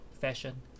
fashion